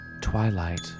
Twilight